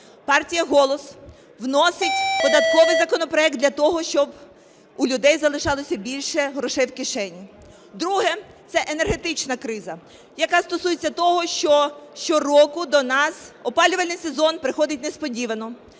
Партія "Голос" вносить податковий законопроект для того, щоб у людей залишилося більше грошей в кишені. Друге – це енергетична криза, яка стосується того, що щороку до нас опалювальний сезон приходить несподівано,